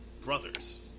brothers